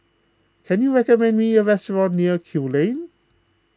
can you recommend me a restaurant near Kew Lane